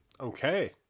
Okay